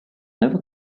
never